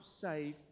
save